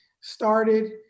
started